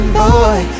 boy